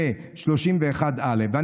ו-31א(א)(2א)".